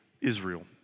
Israel